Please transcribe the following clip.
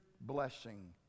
blessing